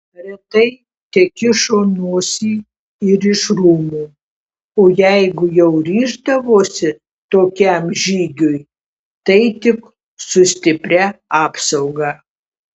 retai tekišo nosį ir iš rūmų o jeigu jau ryždavosi tokiam žygiui tai tik su stipria apsauga